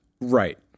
Right